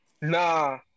Nah